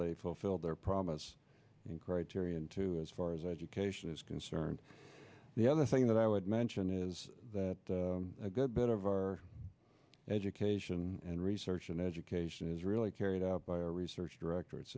they fulfill their promise in criterion to as far as education is concerned the other thing that i would mention is that a good bit of our education and research and education is really carried out by our research director it's